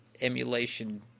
emulation